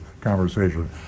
conversation